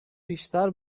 بیشتر